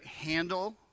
handle